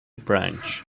branch